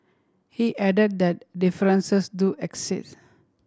he added that differences do exist